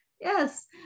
Yes